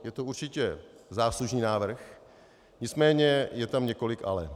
Je to určitě záslužný návrh, nicméně je tam několik ale.